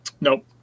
Nope